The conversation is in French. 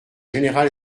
général